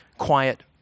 quiet